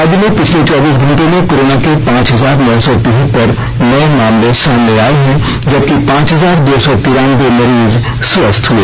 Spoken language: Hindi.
राज्य में पिछले चौबीस घंटों में कोरोना के पांच हजार नौ सौ तिहतर नये मामले सामने आए हैं जबकि पांच हजार दो सौ तिरानबे मरीज स्वस्थ हुए